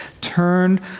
turned